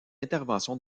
intervention